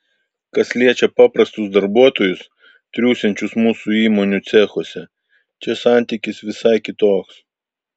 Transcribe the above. kas liečia paprastus darbuotojus triūsiančius mūsų įmonių cechuose čia santykis visai kitoks